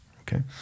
okay